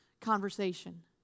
conversation